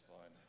fine